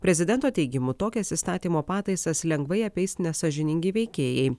prezidento teigimu tokias įstatymo pataisas lengvai apeis nesąžiningi veikėjai